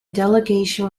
delegation